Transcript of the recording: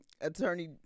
attorney